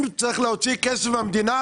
אבל אם צריך להוציא כסף מהמדינה,